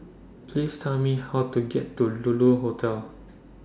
Please Tell Me How to get to Lulu Hotel